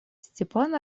степан